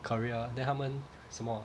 career then 他们什么